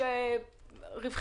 שירות לציבור.